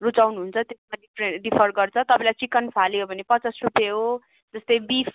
रुचाउनु हुन्छ त्यसमा डिफर गर्छ तपाईँलाई चिकन फाले हो भने पचास रुपियाँ हो जस्तै बिफ हो